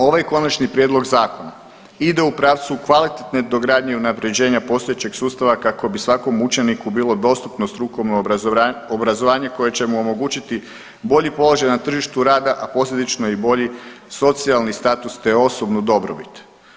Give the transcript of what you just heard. Ovaj konačni prijedlog zakona ide u pravcu kvalitetne dogradnje i unapređenja postojećeg sustava kako bi svakom učeniku bilo dostupno strukovno obrazovanje koje će mu omogućiti bolji položaj na tržištu rada, a posljedično i bolji socijalni status te osobnu dobrobit.